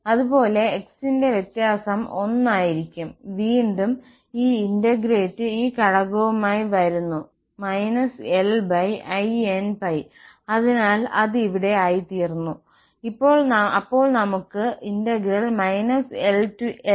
അതുപോലെ x ന്റെ വ്യത്യാസം 1 ആയിരിക്കും വീണ്ടും ഈ ഇന്റഗ്രേറ്റ് ഈ ഘടകവുമായി വരും -linπ അതിനാൽ അത് ഇവിടെ ആയിത്തീർന്നു അപ്പോൾ നമുക്ക് lle inπxl dx